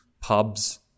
pubs